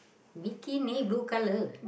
Vicky may blue colour